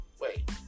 Wait